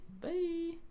Bye